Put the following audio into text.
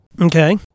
Okay